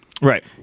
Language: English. Right